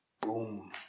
boom